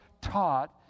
taught